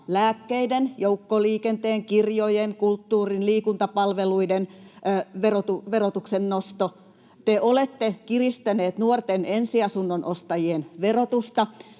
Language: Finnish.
lääkkeiden, joukkoliikenteen, kirjojen, kulttuurin, liikuntapalveluiden, verotuksen nosto. Te olette kiristäneet nuorten ensiasunnon ostajien verotusta,